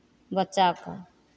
बच्चाकेँ